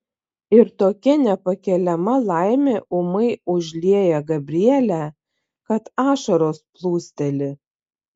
ir tokia nepakeliama laimė ūmai užlieja gabrielę kad ašaros plūsteli